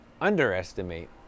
underestimate